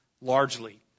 largely